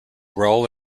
role